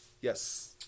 Yes